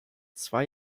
zwei